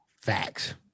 Facts